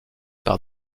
par